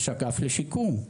יש אגף לשיקום,